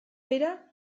bera